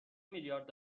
میلیارد